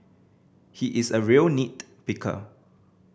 he is a real nit picker